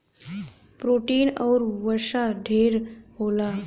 protein आउर वसा ढेर होला